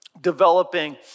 developing